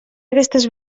aquestes